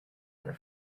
were